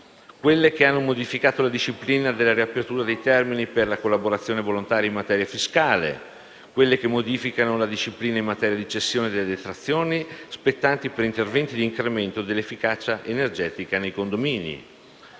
d'impresa; la modifica della disciplina della riapertura dei termini per la collaborazione volontaria in materia fiscale; la modifica della disciplina in materia di cessione delle detrazioni spettanti per interventi d'incremento dell'efficienza energetica nei condomini;